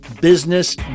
Business